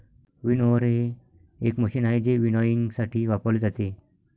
winnower हे एक machine आहे जे विनॉयइंगसाठी वापरले जाते